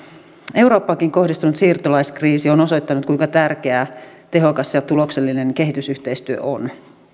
eurooppaankin kohdistunut siirtolaiskriisi on osoittanut kuinka tärkeää tehokas ja tuloksellinen kehitysyhteistyö on